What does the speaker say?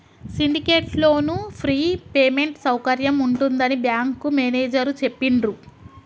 syndicate loan free payment సౌకర్యం ఉంటుందని bank manager చెప్పిండ్రు